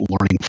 learning